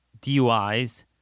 DUIs